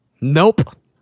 Nope